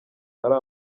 ari